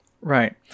Right